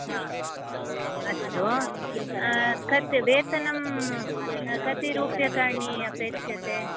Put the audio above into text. हा हा अस्तु कति वेतनं कति रूप्यकाणि अपेक्षते